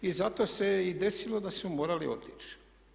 I zato se i desilo da su morali otići.